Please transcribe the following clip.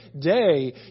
day